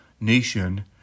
nation